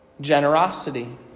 Generosity